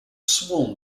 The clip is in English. sworn